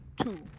two